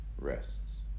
rests